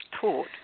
taught